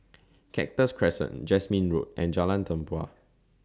Cactus Crescent Jasmine Road and Jalan Tempua